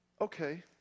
Okay